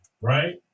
right